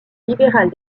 libérale